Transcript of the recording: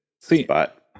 spot